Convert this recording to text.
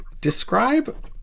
describe